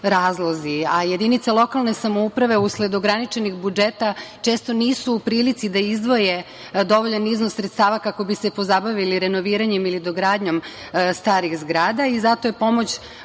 razlozi. Jedinice lokalne samouprave usled ograničenih budžeta često nisu u prilici da izdvoje dovoljan iznos sredstava kako bi se pozabavili renoviranjem ili dogradnjom starijih zgrada i zato je pomoć